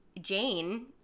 Jane